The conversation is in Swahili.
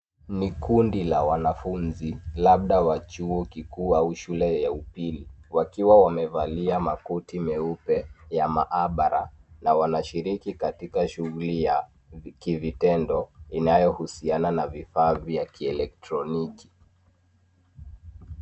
Ni kundi la wanafunzi, labda wa chuo kikuu au shule ya upili, wakiwa wamevaa makoti meupe ya maabara na wanashiriki katika shughuli ya kivitendo inayohusiana na vifaa vya kielektroniki.